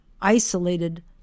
isolated